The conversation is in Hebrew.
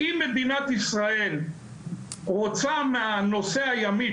אם מדינת ישראל רוצה מהנושא הימי,